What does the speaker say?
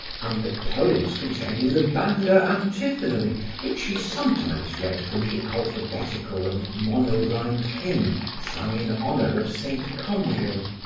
and the poems contained in the bangor antiphonary which he sometimes read for the alphabetical and mono-rhymed hymn sung in honor of saint comgill,